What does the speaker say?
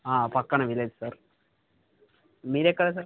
ఆ పక్కన village sir మీరు ఎక్కడ సార్